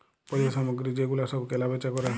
পল্য সামগ্রী যে গুলা সব কেলা বেচা ক্যরে